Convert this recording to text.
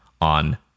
on